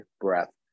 breath